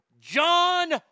John